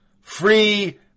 free